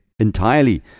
entirely